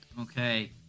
Okay